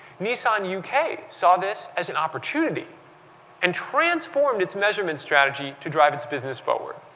nissan u k. saw this as an opportunity and transformed its measurements strategy to drive its business forward.